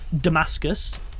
Damascus